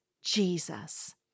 Jesus